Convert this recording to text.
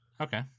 okay